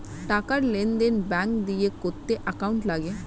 টাকার লেনদেন ব্যাঙ্ক দিয়ে করতে অ্যাকাউন্ট লাগে